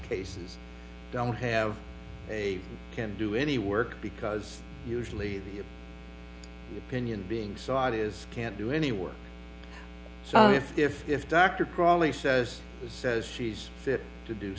cases don't have a can do any work because usually the opinion being sought is can't do any work so if their fifth dr crawley says says she's fit to do